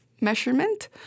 measurement